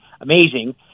amazing